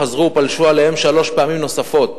חזרו ופלשו אליהם שלוש פעמים נוספות